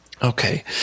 Okay